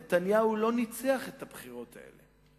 נתניהו לא ניצח בבחירות האלה.